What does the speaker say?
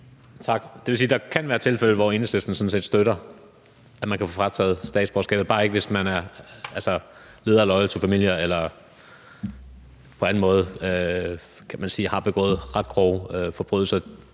Tak. Det vil sige, at der kan være tilfælde, hvor Enhedslisten sådan set støtter, at man kan få frataget statsborgerskabet, bare ikke, hvis man er leder af Loyal to Familia eller på anden måde, kan man sige, har begået ret grove forbrydelser.